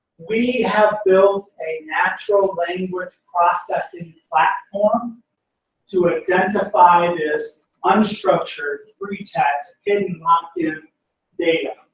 we have built a natural language processing platform to identify this unstructured free test hidden locked-in data.